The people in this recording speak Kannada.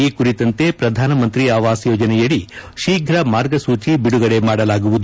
ಈ ಕುರಿತಂತೆ ಪ್ರಧಾನಮಂತ್ರಿ ಆವಾಸ್ ಯೋಜನೆಯಡಿ ಶೀಘ್ರ ಮಾರ್ಗಸೂಚಿ ಬಿಡುಗಡೆ ಮಾಡಲಾಗುವುದು